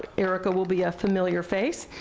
erika will be a familiar face.